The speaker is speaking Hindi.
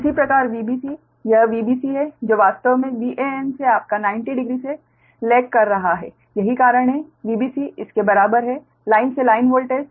इसी प्रकार Vbc यह Vbc है जो वास्तव मे Van से आपका 90 डिग्री से पिछड़ रहा है यही कारण है कि Vbc इसके बराबर है लाइन से लाइन वोल्टेज